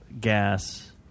gas